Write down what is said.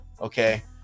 okay